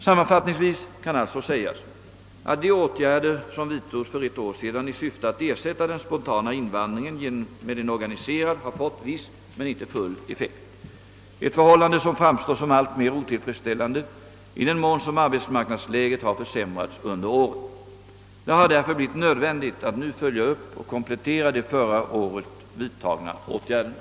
Sammanfattningsvis kan alltså sägas att de åtgärder som vidtogs för ett år sedan i syfte att ersätta den spontana invandringen med en organiserad har fått viss men inte full effekt, ett förhållande som framstår som alltmer otillfredsställande i den mån som arbetsmarknadsläget har försämrats under året. Det har därför blivit nödvändigt att nu följa upp och komplettera de förra året vidtagna åtgärderna.